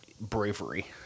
bravery